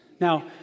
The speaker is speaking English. Now